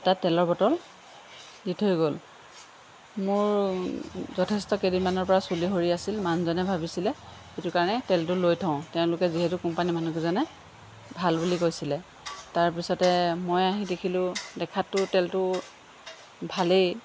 এটা তেলৰ বটল দি থৈ গ'ল মোৰ যথেষ্ট কেইদিনমানৰ পৰা চুলি সৰি আছিল মানুহজনে ভাবিছিলে সেইটো কাৰণে তেলটো লৈ থওঁ তেওঁলোকে যিহেতু কোম্পানীৰ মানুহকেইজনে ভাল বুলি কৈছিলে তাৰপিছতে মই আহি দেখিলোঁ দেখাততো তেলটো ভালেই